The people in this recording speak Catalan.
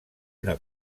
una